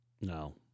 No